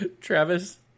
Travis